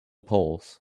poles